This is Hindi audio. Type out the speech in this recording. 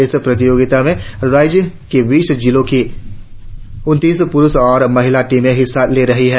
इस प्रतियोगिता में राज्य के बीस जिलों की उनतीस प्रुष और महिला टीमें हिस्सा ले रही है